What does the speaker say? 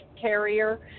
carrier